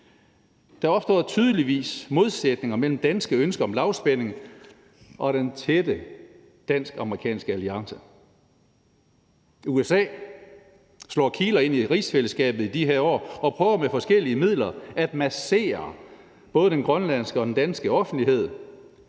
Der opstår tydeligvis modsætninger mellem danske ønsker om lavspænding og den tætte dansk-amerikanske alliance. USA slår kiler ind i rigsfællesskabet i de her år og prøver med forskellige midler at massere både den grønlandske og den danske offentlighed